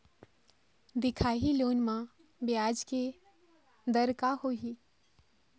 दिखाही लोन म ब्याज के दर का होही?